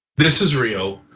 this is real.